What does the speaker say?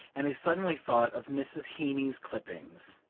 and he suddenly thought of mrs. heeny's clippings.